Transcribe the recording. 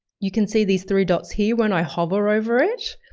you can see these three dots here. when i hover over it,